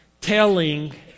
telling